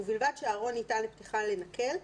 ובלבד שהארון ניתן לפתיחה בנקל,